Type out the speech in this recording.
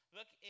Look